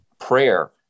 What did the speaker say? prayer